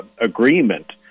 agreement